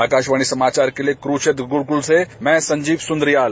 आकाशवाणी समाचार के लिए कुरूक्षेत्र गुरूकुल से मैं संजीव सुन्द्रियाल